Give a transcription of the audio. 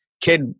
kid